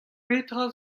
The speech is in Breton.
petra